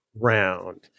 round